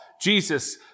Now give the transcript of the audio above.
Jesus